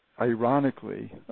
ironically